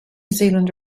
zealand